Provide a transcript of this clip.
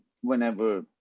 whenever